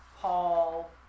Paul